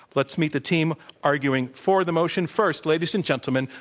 let's meet the team arguing for the motion first. ladies and gentlemen,